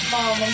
Mom